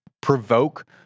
provoke